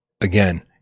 again